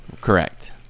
Correct